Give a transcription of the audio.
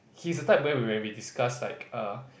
he's a type where when we discuss like uh